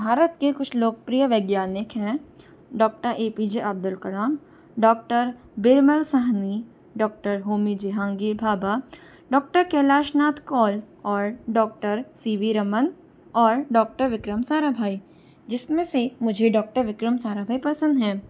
भारत के कुछ लोकप्रिय वैज्ञानिक हैं doctor A P J Abdul Kalam doctor Birbal Sahni doctor Homi Jehangir Bhabha doctor Kailash Nath Kaur और डॉक्टर सी वी रमन और डॉक्टर विक्रम साराभाई जिसमें से मुझे डॉक्टर विक्रम साराभाई पसंद है